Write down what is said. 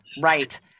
right